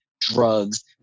drugs